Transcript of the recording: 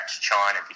China